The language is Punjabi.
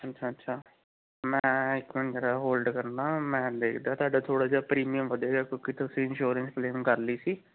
ਅੱਛਾ ਅੱਛਾ ਮੈਂ ਇੱਕ ਮਿੰਟ ਜਰਾ ਹੋਲਡ ਕਰਨਾ ਮੈਂ ਦੇਖਦਾ ਤੁਹਾਡਾ ਥੋੜ੍ਹਾ ਜਿਹਾ ਪ੍ਰੀਮੀਅਮ ਵਧੇਗਾ ਕਿਉਂਕਿ ਤੁਸੀਂ ਇੰਸ਼ੋਰੈਂਸ ਕਲੇਮ ਕਰ ਲਈ ਸੀ